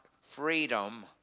freedom